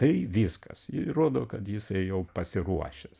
tai viskas ir įrodo kad jisai jau pasiruošęs